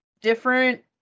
different